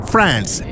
France